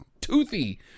Toothy